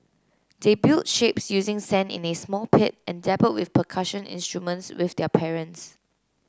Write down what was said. they built shapes using sand in a small pit and dabbled with percussion instruments with their parents